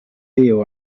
fyw